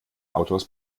autors